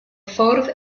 ffordd